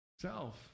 Self